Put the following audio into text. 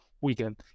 weekend